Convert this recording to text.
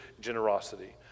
generosity